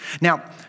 Now